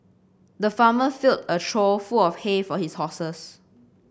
the farmer filled a trough full of hay for his horses